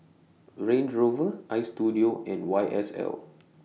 Range Rover Istudio and Y S L